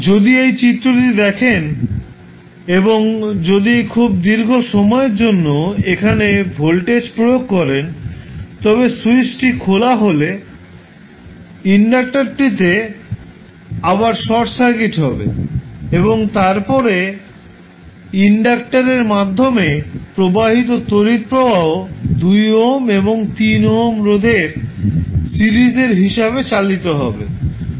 যদি এই চিত্রটি দেখেন এবং যদি খুব দীর্ঘ সময়ের জন্য এখানে ভোল্টেজ প্রয়োগ করেন তবে স্যুইচটি খোলা হলে ইন্ডাক্টারটিতে আবার শর্ট সার্কিট হবে এবং তারপরে ইন্ডাক্টরের মাধ্যমে প্রবাহিত তড়িৎ প্রবাহ 2 ওহম এবং 3 ওহম রোধের সিরিজের হিসেবে চালিত হবে